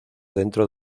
dentro